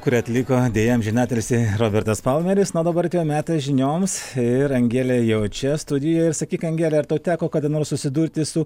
kurią atliko deja amžinatilsį robertas palmeris na o dabar atėjo metas žinioms ir angelė jau čia studijoj ir sakyk angele ar tau teko kada nors susidurti su